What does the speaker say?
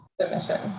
submission